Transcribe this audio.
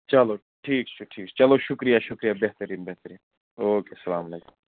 چلو ٹھیٖک چھُ ٹھیٖک چھُ چلو شُکریہ شُکریہ بہتریٖن بہتریٖن اوکے السلامُ علیکُم